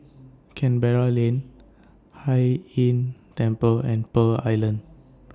Canberra Lane Hai Inn Temple and Pearl Island